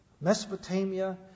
Mesopotamia